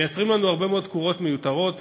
מייצרים לנו הרבה מאוד תקורות מיותרות.